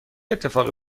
اتفاقی